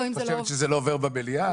את חושבת שזה לא עובר במליאה?